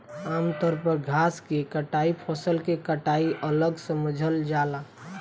आमतौर पर घास के कटाई फसल के कटाई अलग समझल जाला